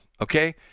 okay